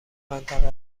منطقه